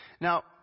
Now